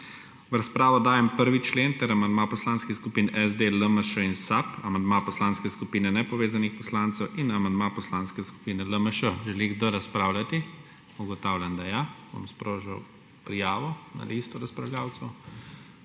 V razpravo dajem 1. člen ter amandma poslanskih skupin SD, LMŠ in SAB, amandma Poslanske skupine nepovezanih poslancev in amandma Poslanske skupine LMŠ. Želi kdo razpravljati? Ugotavljam, da ja. Bom sprožil prijavo za listo razpravljavcev.